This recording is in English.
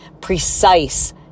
precise